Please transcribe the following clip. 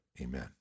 amen